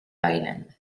island